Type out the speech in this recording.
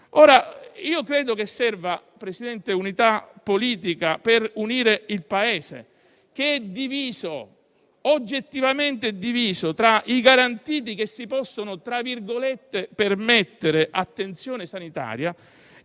salute? Credo che serva, Presidente, unità politica per unire il Paese, che è oggettivamente diviso tra i garantiti che si possono - per così dire - permettere attenzione sanitaria